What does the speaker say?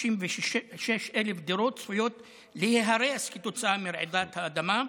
36,000 דירות צפויות להיהרס כתוצאה מרעידת אדמה.